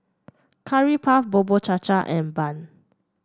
Curry Puff Bubur Cha Cha and bun